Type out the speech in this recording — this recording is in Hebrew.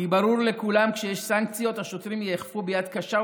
כי ברור לכולם שכשיש סנקציות השוטרים יאכפו ביד קשה,